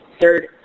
Third